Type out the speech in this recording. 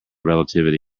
relativity